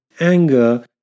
anger